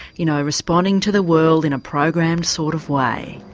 you know, responding to the world in a programmed sort of way.